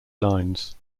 lines